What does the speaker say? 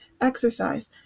exercise